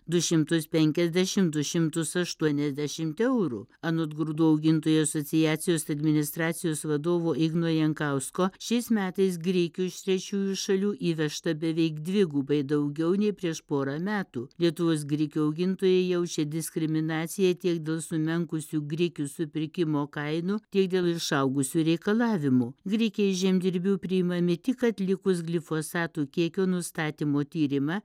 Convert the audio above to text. du šimtus penkiasdešimt du šimtus aštuoniasdešimt eurų anot grūdų augintojų asociacijos administracijos vadovo igno jankausko šiais metais grikių iš trečiųjų šalių įvežta beveik dvigubai daugiau nei prieš porą metų lietuvos grikių augintojai jaučia diskriminaciją tiek dėl sumenkusių grikių supirkimo kainų tiek dėl išaugusių reikalavimų grikiai žemdirbių priimami tik atlikus glifosatų kiekio nustatymo tyrimą